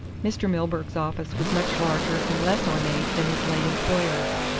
mr. milburgh's office was much larger and less ornate than his late employer's.